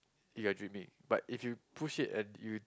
you are dreaming but if you push it and you